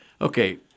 Okay